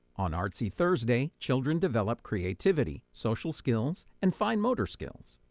on artsy thursday, children develop creativity, social skills and fine motor skills.